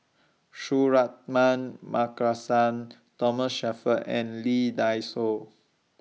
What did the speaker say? Suratman Markasan Thomas Shelford and Lee Dai Soh